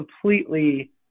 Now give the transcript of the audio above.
completely